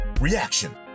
Reaction